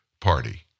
party